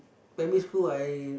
primary school I